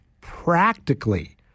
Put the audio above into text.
practically